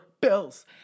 bills